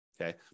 okay